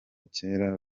kera